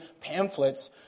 pamphlets